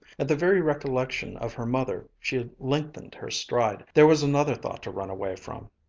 at the very recollection of her mother she lengthened her stride. there was another thought to run away from!